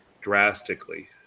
drastically